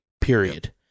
period